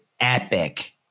epic